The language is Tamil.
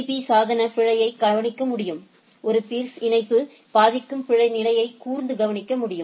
பீ சாதனம் பிழையைக் கவனிக்க முடியும் ஒரு பீா்ஸ் இணைப்பை பாதிக்கும் பிழை நிலையை கூர்ந்து கவனிக்க முடியும்